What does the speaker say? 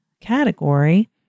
category